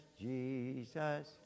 Jesus